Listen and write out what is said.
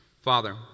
Father